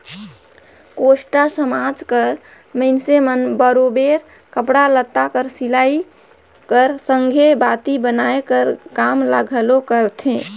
कोस्टा समाज कर मइनसे मन बरोबेर कपड़ा लत्ता कर सिलई कर संघे बाती बनाए कर काम ल घलो करथे